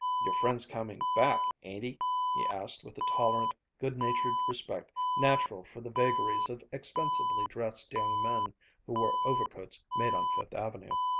your friend's coming back, ain't he? he asked, with the tolerant, good-natured respect natural for the vagaries of expensively dressed young men who wore overcoats made on fifth avenue.